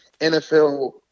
NFL